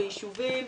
בישובים,